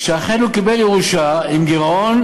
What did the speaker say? שאכן הוא קיבל ירושה עם גירעון